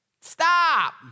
Stop